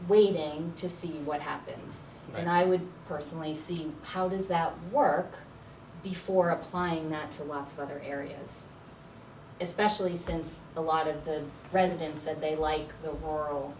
waiting to see what happens and i would personally see how does that work before applying that to lots of other areas especially since a lot of the residents said they like the